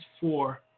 four